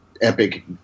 epic